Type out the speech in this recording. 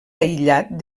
aïllat